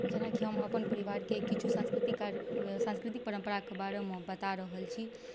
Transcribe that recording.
जेनाकि हम अपन परिवारके किछु सँस्कृति कार्य साँस्कृतिक परम्पराके बारेमे बता रहल छी